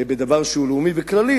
בדבר שהוא לאומי וכללי,